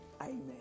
Amen